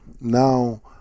now